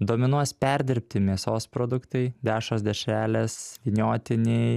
dominuos perdirbti mėsos produktai dešros dešrelės vyniotiniai